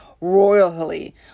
royally